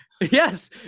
Yes